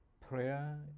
prayer